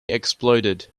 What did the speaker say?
exploded